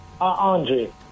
Andre